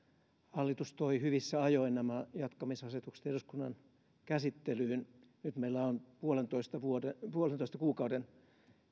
hallitus toi hyvissä ajoin nämä jatkamisasetukset eduskunnan käsittelyyn nyt meillä on puolentoista kuukauden